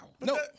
No